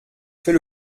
fait